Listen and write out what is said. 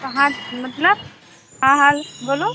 कहाँ मतलब हाँ हाँ बोलो